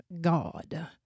God